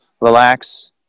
relax